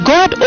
God